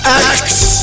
acts